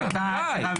די.